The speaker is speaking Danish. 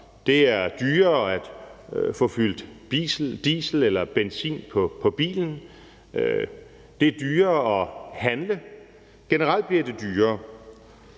det er dyrere at få fyldt diesel eller benzin på bilen, at det er dyrere at handle, og at det generelt bliver dyrere,